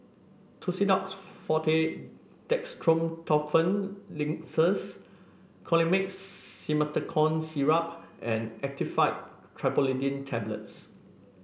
Tussidex Forte Dextromethorphan Linctus Colimix Simethicone Syrup and Actifed Triprolidine Tablets